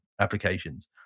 applications